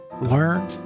learn